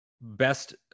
best